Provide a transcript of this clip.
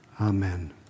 Amen